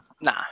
Nah